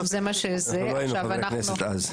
יאסר חוג'יראת (רע"מ,